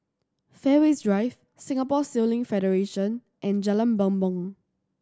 Fairways Drive Singapore Sailing Federation and Jalan Bumbong